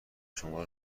شما